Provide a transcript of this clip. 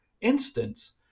instance